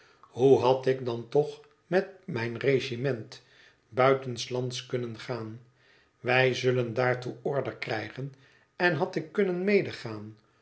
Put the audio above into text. hoe had ik dan toch met mijn regiment buitenslands kunnen gaan wij zullen daartoe order krijgen en had ik kunnen medegaan